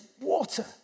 water